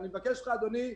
אדוני,